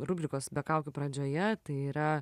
rubrikos be kaukių pradžioje tai yra